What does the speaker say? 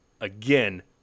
again